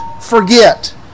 forget